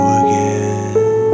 again